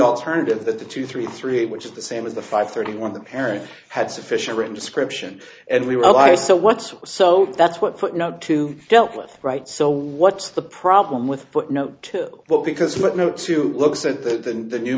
alternative that the two three three which is the same as the five thirty one the parent had sufficient written description and we well i so what's so that's what footnote two dealt with right so what's the problem with footnote two what because what no two looks at that and the new